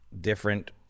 different